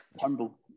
Humble